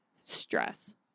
stress